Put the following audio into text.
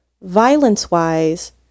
Violence-wise